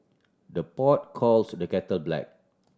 the pot calls the kettle black